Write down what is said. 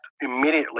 immediately